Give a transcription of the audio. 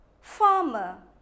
farmer